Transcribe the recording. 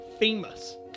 Famous